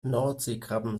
nordseekrabben